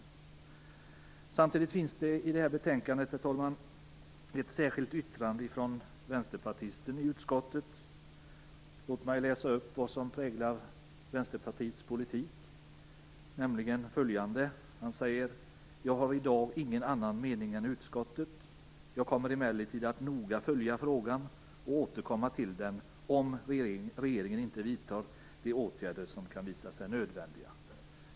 Vid betänkandet finns också, herr talman, ett särskilt yttrande från vänsterpartisten i utskottet. Låt mig därifrån få läsa upp följande, som präglar Vänsterpartiets politik: "Jag har i dag ingen annan mening än utskottet. Jag kommer emellertid att noga följa frågan och återkomma till den om regeringen inte vidtar de åtgärder som kan visa sig nödvändiga."